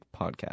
podcast